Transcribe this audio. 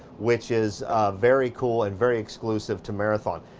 which is very cool and very exclusive to marathon.